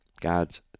God's